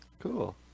cool